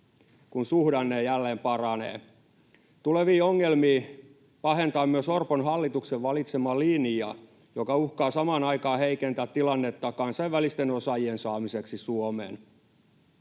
kun suhdanne jälleen paranee. Tulevia ongelmia pahentaa myös Orpon hallituksen valitsema linja, joka uhkaa samaan aikaan heikentää tilannetta kansainvälisten osaajien saamiseksi Suomeen.